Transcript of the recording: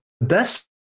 best